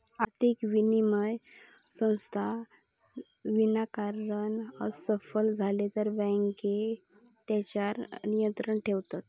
आर्थिक विनिमय संस्था विनाकारण असफल झाले तर बँके तेच्यार नियंत्रण ठेयतत